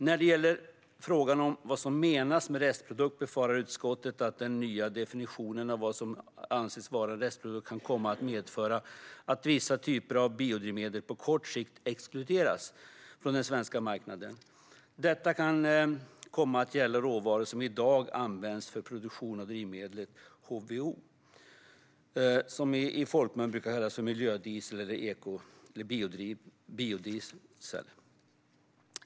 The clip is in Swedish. När det gäller frågan om vad som menas med restprodukt befarar utskottet att den nya definitionen av vad som anses vara restprodukt kan komma att medföra att vissa typer av biodrivmedel på kort sikt exkluderas från den svenska marknaden. Detta kan komma att gälla råvaror som i dag används för produktion av drivmedlet HVO, som i folkmun brukar kallas miljödiesel eller biodiesel.